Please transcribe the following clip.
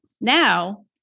now